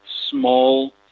small